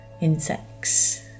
insects